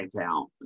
out